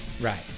Right